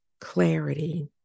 clarity